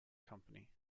company